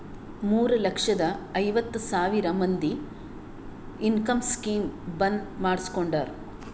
ಮೂರ ಲಕ್ಷದ ಐವತ್ ಸಾವಿರ ಮಂದಿ ಇನ್ಕಮ್ ಸ್ಕೀಮ್ ಬಂದ್ ಮಾಡುಸ್ಕೊಂಡಾರ್